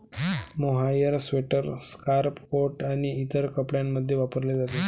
mohair sweater, scarf, coat आणि इतर कपड्यांमध्ये वापरले जाते